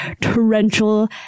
torrential